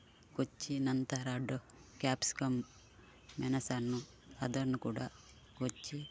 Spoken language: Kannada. ಕೊಚ್ಚಿ ನಂತರ ಡೊ ಕ್ಯಾಪ್ಸಿಕಮ್ ಮೆಣಸನ್ನು ಅದನ್ನು ಕೂಡ ಕೊಚ್ಚಿ